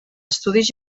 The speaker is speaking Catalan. estudis